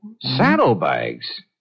Saddlebags